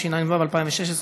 התשע"ו 2016,